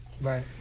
Right